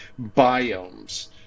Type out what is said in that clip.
biomes